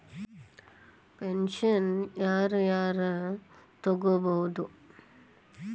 Pension ಯಾರ್ ಯಾರ್ ತೊಗೋಬೋದು?